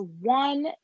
one